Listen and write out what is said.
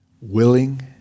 Willing